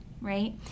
right